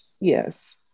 yes